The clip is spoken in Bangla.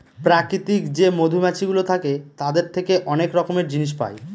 প্রাকৃতিক যে মধুমাছিগুলো থাকে তাদের থেকে অনেক রকমের জিনিস পায়